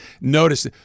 notice